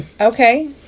Okay